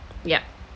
yup